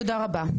תודה רבה.